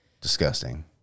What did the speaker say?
Disgusting